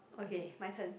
okay my turn